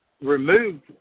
removed